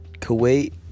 Kuwait